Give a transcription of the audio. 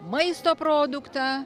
maisto produktą